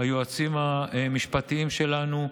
היועצים המשפטיים שלנו,